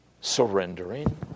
surrendering